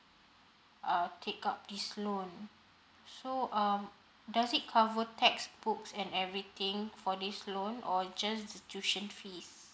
uh take up this loan so um does it cover textbooks and everything for this loan or just tuition fees